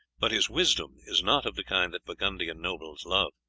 but his wisdom is not of the kind that burgundian nobles love.